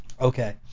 okay